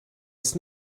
ist